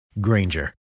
Granger